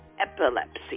epilepsy